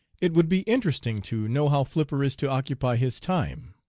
it would be interesting to know how flipper is to occupy his time.